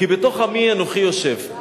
כי בתוך עמי אנוכי יושב.